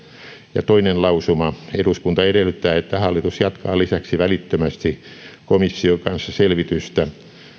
ja toinen lausuma eduskunta edellyttää että hallitus jatkaa lisäksi välittömästi komission kanssa selvitystä